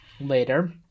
later